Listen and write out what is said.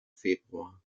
februar